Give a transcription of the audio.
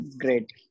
Great